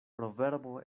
proverbo